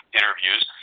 interviews